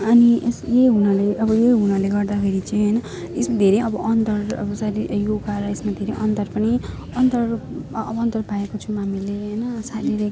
अनि यस यही हुनाले अब यही हुनाले गर्दाखेरि चाहिँ होइन यस्तो धेरै अब अन्तर अब सधैँ योगा र यसमा अन्तर पनि अन्तर अन्तर पाएको छौँ हामीले होइन शारीरिक